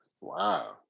Wow